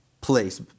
place